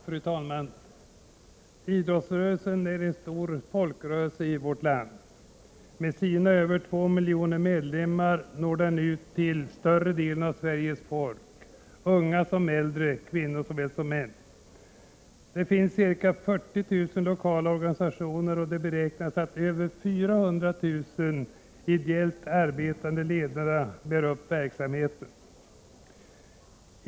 Fru talman! Idrottsrörelsen är en stor folkrörelse i vårt land. Med sina över två miljoner medlemmar når den ut till större delen av Sveriges folk — yngre såväl som äldre, kvinnor såväl som män. Det finns ca 40 000 lokala organisationer, och det beräknas att över 400 000 ideellt arbetande ledare bär upp verksamheten.